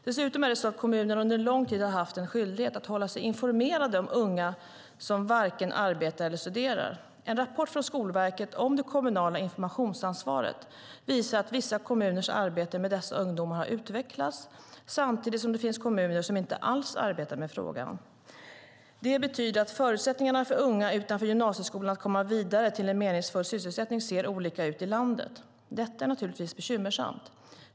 Dessutom är det så att kommunerna under en lång tid har haft en skyldighet att hålla sig informerade om unga som varken arbetar eller studerar. En rapport från Skolverket om det kommunala informationsansvaret visar att vissa kommuners arbete med dessa ungdomar har utvecklats, samtidigt som det finns kommuner som inte alls arbetar med frågan. Det betyder att förutsättningarna för unga utanför gymnasieskolan att komma vidare till en meningsfull sysselsättning ser olika ut i landet. Detta är naturligtvis bekymmersamt.